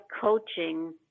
coaching